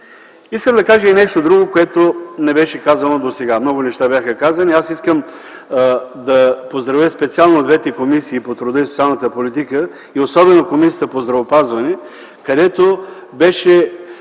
Искам да кажа и нещо друго, което не беше казано досега. Аз искам да поздравя специално двете комисии – по труда и социалната политика и особено Комисията по здравеопазването, където беше